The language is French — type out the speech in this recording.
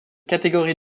catégorie